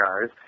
guys